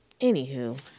anywho